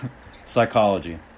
Psychology